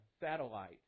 satellite